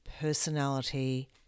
personality